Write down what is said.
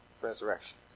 Resurrection